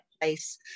place